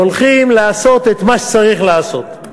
והולכים לעשות את מה שצריך לעשות.